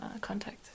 contact